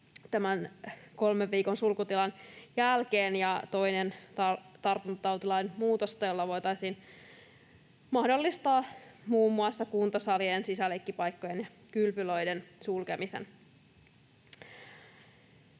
tämän kolmen viikon sulkutilan jälkeen ja toinen tartuntatautilain muutosta, jolla voitaisiin mahdollistaa muun muassa kuntosalien, sisäleikkipaikkojen ja kylpylöiden sulkeminen.